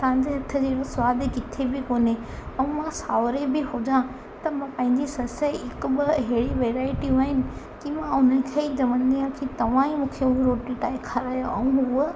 तव्हांजे हथु जहिड़ो सवादु किथे बि कोने ऐं मां सावरे बि हुजा त मां पंहिंजे ससु जी हिकु ॿ अहिड़ी वैरायटियूं आहिनि की मां हुनखे ई चवंदी आहियां की तव्हां ई मूंखे उहा रोटी ठाहे खारायो ऐं हूअ